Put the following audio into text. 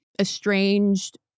estranged